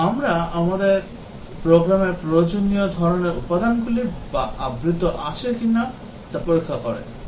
এবং আমরা প্রোগ্রামের প্রয়োজনীয় ধরণের উপাদানগুলি আবৃত কিনা তা পরীক্ষা করি